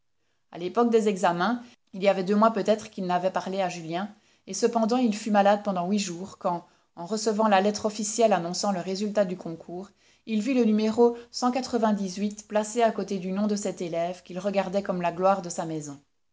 a l'époque des examens il y a avait deux mois peut-être qu'il n'avait parlé à julien et cependant il fut malade pendant huit jours quand en recevant la lettre officielle annonçant le résultat du concours il vit le numéro placé à côté du nom de cet élève qu'il regardait comme la gloire de sa maison